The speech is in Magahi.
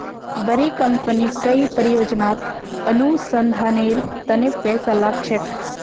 बड़ी कंपनी कई परियोजनात अनुसंधानेर तने पैसा लाग छेक